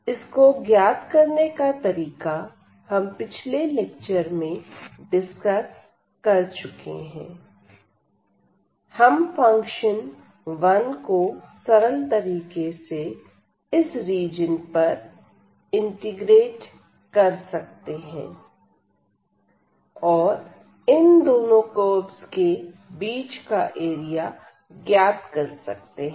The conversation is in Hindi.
इसको ज्ञात करने का तरीका हम पिछले लेक्चर में डिस्कस कर चुके हैं हम फंक्शन 1 को सरल तरीके से इस रीजन पर इंटीग्रेट कर सकते हैं और इन दोनों कर्वस के बीच का एरिया ज्ञात कर सकते हैं